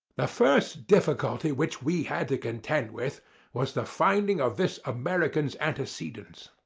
the first difficulty which we had to contend with was the finding of this american's antecedents.